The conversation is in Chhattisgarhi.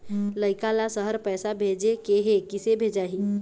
लइका ला शहर पैसा भेजें के हे, किसे भेजाही